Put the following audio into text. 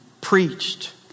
preached